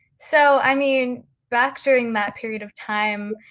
so i mean back during that period of time,